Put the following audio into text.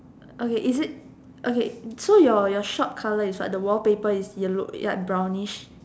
okay is it okay so your your shop colour is what the wallpaper is yellow ya brownish